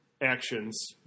actions